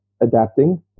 adapting